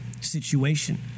situation